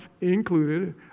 included